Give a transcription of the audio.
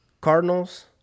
Cardinals